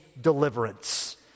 deliverance